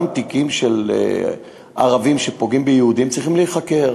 גם תיקים של ערבים שפוגעים ביהודים צריכים להיחקר.